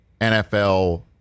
NFL